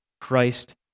Christ